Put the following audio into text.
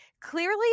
Clearly